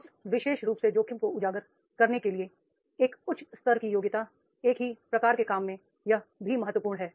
उस विशेष रूप से जोखिम को उजागर करने के लिए एक उच्च स्तर की योग्यता एक ही प्रकार के काम में यह भी महत्वपूर्ण है